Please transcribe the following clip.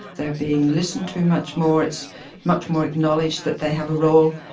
they are being listened to much more, it's much more acknowledged that they have a role,